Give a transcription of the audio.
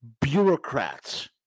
bureaucrats